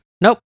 Nope